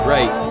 Right